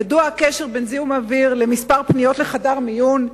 ידוע הקשר בין זיהום אוויר למספר הפניות לחדר מיון,